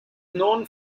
known